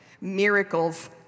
Miracles